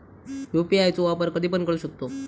UPI चो वापर कधीपण करू शकतव?